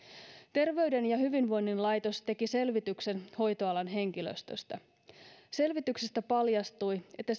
terveyden ja hyvinvoinnin laitos teki selvityksen hoitoalan henkilöstöstä selvityksestä paljastui että